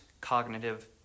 cognitive